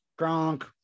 gronk